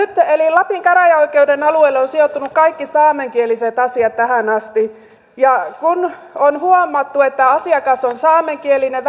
lapin käräjäoikeuden alueelle ovat sijoittuneet kaikki saamenkieliset asiat tähän asti ja kun on huomattu väestörekisterijärjestelmästä että asiakas on saamenkielinen